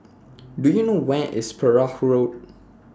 Do YOU know Where IS Perahu Road